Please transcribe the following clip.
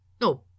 No